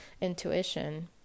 intuition